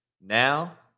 Now